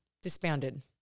disbanded